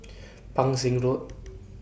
Pang Seng Road